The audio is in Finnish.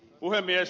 puhemies